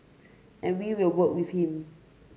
and we will work with him